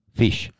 fish